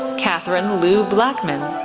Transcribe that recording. katherine lou blackmon,